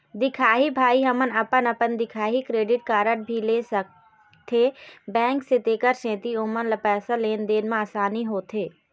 दिखाही भाई हमन अपन अपन दिखाही क्रेडिट कारड भी ले सकाथे बैंक से तेकर सेंथी ओमन ला पैसा लेन देन मा आसानी होथे?